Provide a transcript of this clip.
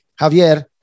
Javier